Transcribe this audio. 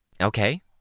Okay